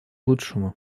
лучшему